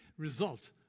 result